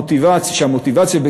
המוטיבציה,